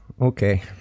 Okay